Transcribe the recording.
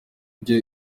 byo